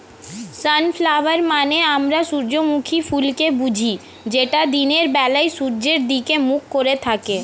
sunflower মানে আমরা সূর্যমুখী ফুলকে বুঝি যেটা দিনের বেলায় সূর্যের দিকে মুখ করে থাকে